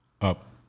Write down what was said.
Up